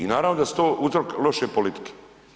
I naravno da su to uzrok loše politike.